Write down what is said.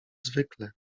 zwykle